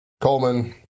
Coleman